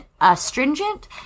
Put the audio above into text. astringent